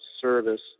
service